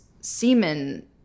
semen